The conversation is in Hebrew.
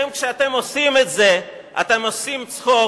כשאתם עושים את זה, אתם עושים צחוק